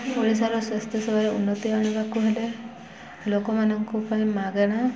ଓଡ଼ିଶାର ସ୍ୱାସ୍ଥ୍ୟ ସେବାରେ ଉନ୍ନତି ଆଣିବାକୁ ହେଲେ ଲୋକମାନଙ୍କୁ ପାଇଁ ମାଗଣା